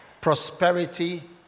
Prosperity